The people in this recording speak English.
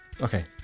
Okay